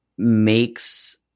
makes